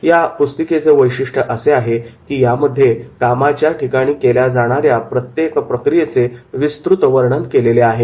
या पुस्तिकेचे वैशिष्ट्य असे की त्यामध्ये कामाच्या ठिकाणी केल्या जाणाऱ्या प्रत्येक प्रक्रियेचे विस्तृत वर्णन केलेले आहे